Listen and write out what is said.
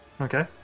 Okay